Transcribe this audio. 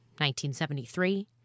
1973